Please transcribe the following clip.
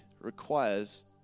requires